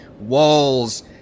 walls